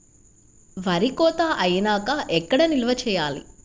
వరి కోత అయినాక ఎక్కడ నిల్వ చేయాలి?